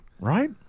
right